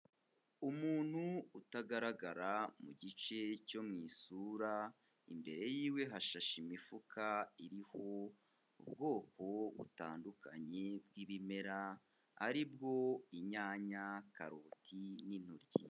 Umuntu utagaragara mu gice cyo mu isura imbere y'iwe hashashe imifuka iriho ubwoko butandukanye bw'ibimera ari bwo inyanya, karoti n'intoryi.